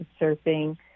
surfing